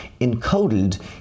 encoded